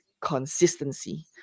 consistency